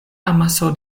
amaso